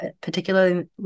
particularly